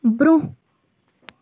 برٛونٛہہ